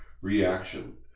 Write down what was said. reaction